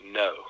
no